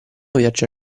viaggio